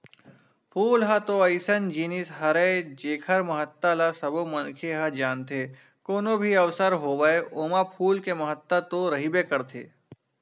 फूल ह तो अइसन जिनिस हरय जेखर महत्ता ल सबो मनखे ह जानथे, कोनो भी अवसर होवय ओमा फूल के महत्ता तो रहिबे करथे